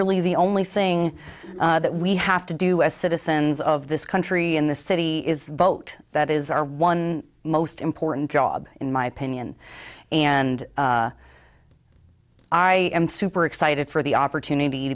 really the only thing that we have to do as citizens of this country in the city is vote that is our one most important job in my opinion and i am super excited for the opportunity